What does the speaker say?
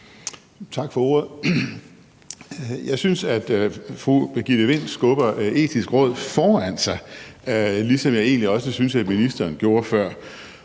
Tak for ordet. Jeg synes, at fru Birgitte Vind skubber Det Etiske Råd foran sig, ligesom jeg egentlig også synes at ministeren gjorde før.